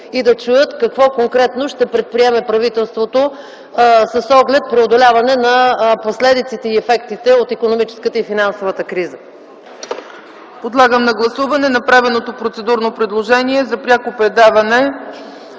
и да чуят какво конкретно ще предприеме правителството с оглед преодоляване на последиците и ефектите от икономическата и финансовата криза. ПРЕДСЕДАТЕЛ ЦЕЦКА ЦАЧЕВА: Подлагам на гласуване направеното процедурно предложение за пряко предаване